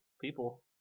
people